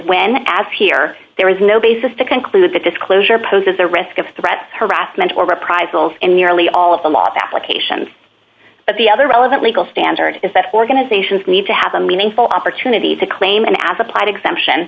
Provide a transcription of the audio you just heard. when as here there is no basis to conclude that disclosure poses the risk of threats harassment or reprisals and nearly all of the law applications but the other relevant legal standard is that organizations need to have a meaningful opportunity to claim as applied exemption